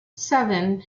seven